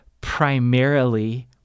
primarily